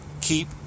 keep